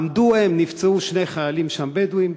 עמדו הם, נפצעו שני חיילים שם, בדואים,